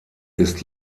ist